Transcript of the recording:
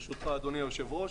ברשותך אדוני היושב ראש.